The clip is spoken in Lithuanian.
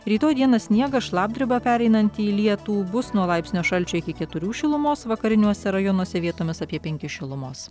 rytoj dieną sniegas šlapdriba pereinanti į lietų bus nuo laipsnio šalčio iki keturių šilumos vakariniuose rajonuose vietomis apie penkis šilumos